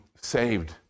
saved